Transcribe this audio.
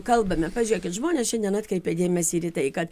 kalbame pažiūrėkit žmonės šiandien atkreipė dėmesį į tai kad